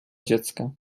dziecka